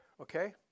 Okay